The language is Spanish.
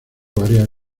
varias